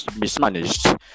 mismanaged